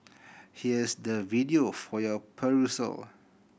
here's the video for your perusal